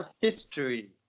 history